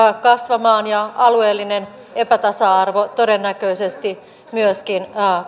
kasvamaan ja alueellinen epätasa arvo todennäköisesti myöskin